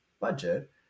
budget